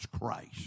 Christ